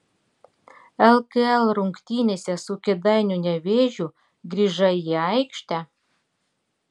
lkl rungtynėse su kėdainių nevėžiu grįžai į aikštę